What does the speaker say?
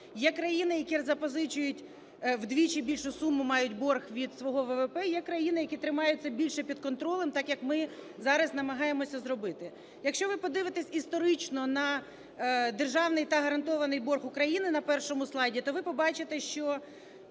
Є країни, які запозичують вдвічі більшу суму, мають борг від свого ВВП, є країни, які тримаються більше під контролем, так, як ми зараз намагаємося зробити. Якщо ви подивитесь історично на державний та гарантований борг України на першому слайді, то ви побачите, що